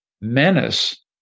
menace